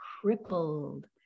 crippled